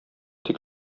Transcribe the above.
тик